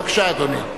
בבקשה, אדוני.